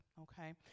Okay